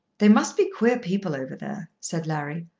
they must be queer people over there, said larry.